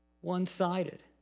one-sided